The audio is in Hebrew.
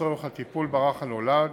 לצורך הטיפול ברך הנולד,